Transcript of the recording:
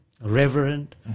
reverent